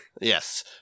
Yes